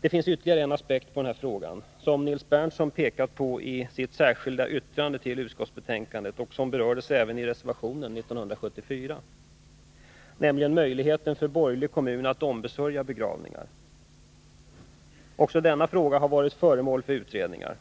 Det finns ytterligare en aspekt på denna fråga, som Nils Berndtson pekat på i sitt särskilda yttrande till utskottsbetänkandet och som berördes även i reservationen 1974, nämligen möjligheten för borgerlig kommun att ombesörja begravningar. Också denna fråga har varit föremål för utredningar.